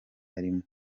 yarimo